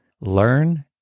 Learn